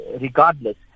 regardless